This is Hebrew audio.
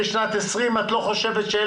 זאת אומרת,